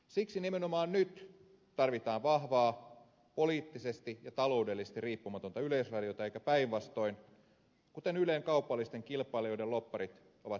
siksi nimenomaan nyt tarvitaan vahvaa poliittisesti ja taloudellisesti riippumatonta yleisradiota eikä päinvastoin kuten ylen kaupallisten kilpailijoiden lobbarit ovat meille esittäneet